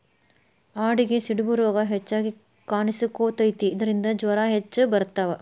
ಆಡಿಗೆ ಸಿಡುಬು ರೋಗಾ ಹೆಚಗಿ ಕಾಣಿಸಕೊತತಿ ಇದರಿಂದ ಜ್ವರಾ ಹೆಚ್ಚ ಬರತಾವ